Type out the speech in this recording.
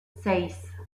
seis